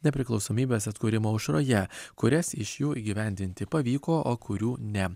nepriklausomybės atkūrimo aušroje kurias iš jų įgyvendinti pavyko o kurių ne